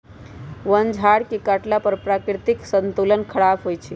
वन झार के काटला पर प्राकृतिक संतुलन ख़राप होइ छइ